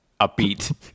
upbeat